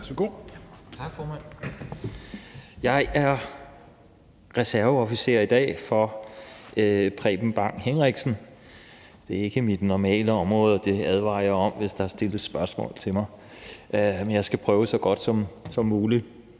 Jeg er reserveofficer i dag for Preben Bang Henriksen. Det er ikke mit normale område – det vil jeg lige advare jeg om, i tilfælde af at der skulle blive stillet spørgsmål til mig. Men jeg skal prøve at svare så godt som muligt.